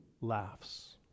laughs